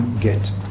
get